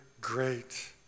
great